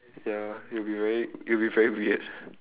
ya it would be very it would be very weird